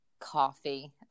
Coffee